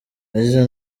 yigeze